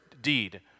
deed